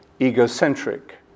egocentric